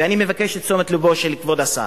ואני מבקש את תשומת לבו של כבוד השר,